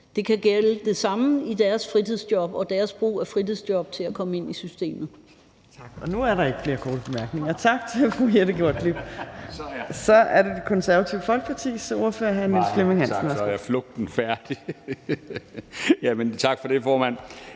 Det kan gælde det samme i deres fritidsjob og deres brug af fritidsjob til at komme ind i systemet.